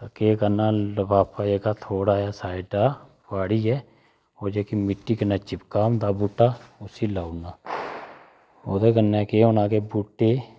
ते केह् करना लफाफा जेह्का थोह्ड़ा जेहा साईड़ दा फाड़ियै ओह् जेह्का मिट्टी कन्नै चिपका होंदा बूह्टा ओह् लाई ओड़ना ओह्दे कन्नै केह् होना की बूह्टै ई